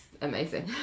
amazing